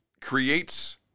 creates